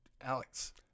Alex